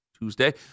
Tuesday